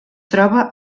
troba